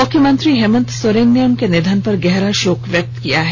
मुख्यमंत्री हेमंत सोरेन ने उनके निधन पर गहरा शोक व्यक्त किया है